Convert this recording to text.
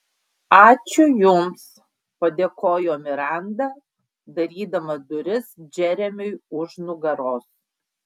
ačiū jums padėkojo miranda darydama duris džeremiui už nugaros